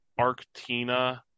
Arctina